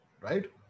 right